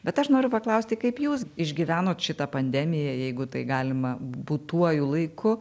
bet aš noriu paklausti kaip jūs išgyvenot šitą pandemiją jeigu tai galima būtuoju laiku